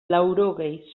laurogei